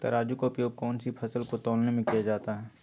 तराजू का उपयोग कौन सी फसल को तौलने में किया जाता है?